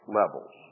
levels